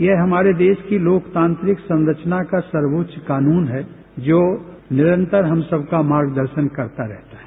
यह हमारे देश की लोकतांत्रिक संरचना का सर्वोच्च कानून है जो निरंतर हम सबका मार्गदर्शन करता है